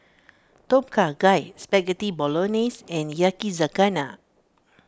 Tom Kha Gai Spaghetti Bolognese and Yakizakana